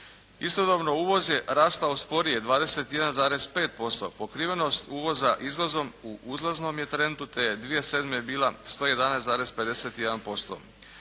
Istodobno uvoz je rastao sporije 21,5%. Pokrivenost uvoza izvozom u uzlaznom je trendu, te je 2007. bila 111,51%.